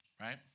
right